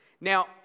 Now